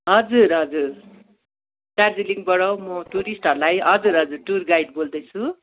हजुर हजुर दार्जिलिङबाट म टुरिस्टहरूलाई हजुर हजुर टुर गाइड बोल्दैछु